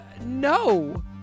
no